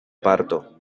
parto